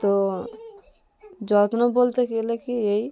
তো যত্ন বলতে গেলে কী এই